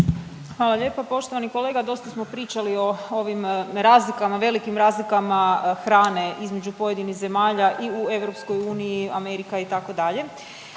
Hvala lijepo poštovani kolega. Dosta smo pričali o ovim razlikama, velikim razlikama hrane između pojedinih zemalja i u EU, Amerika, itd.,